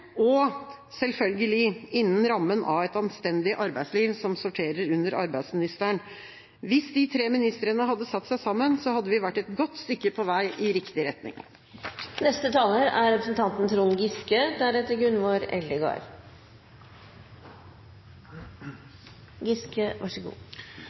og selvfølgelig innen rammen av et anstendig arbeidsliv som sorterer under arbeidsministeren. Hvis de tre ministrene hadde satt seg sammen, hadde vi vært et godt stykke på vei i riktig retning.